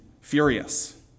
furious